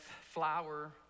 flower